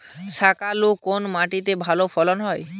শাকালু কোন মাটিতে ভালো ফলন হয়?